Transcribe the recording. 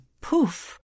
poof